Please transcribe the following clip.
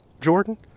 Jordan